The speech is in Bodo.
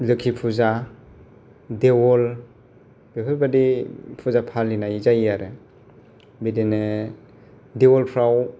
लोखि फुजा देवोल बेफोरबायदि फुजा फालिनाय जायो आरो बिदिनो देवोलफ्राव